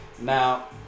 Now